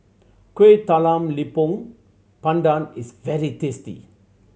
Kuih Talam Tepong Pandan is very tasty